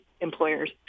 employers